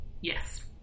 Yes